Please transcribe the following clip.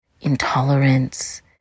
intolerance